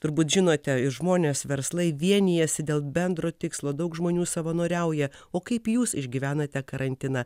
turbūt žinote ir žmonės verslai vienijasi dėl bendro tikslo daug žmonių savanoriauja o kaip jūs išgyvenate karantiną